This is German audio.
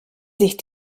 sich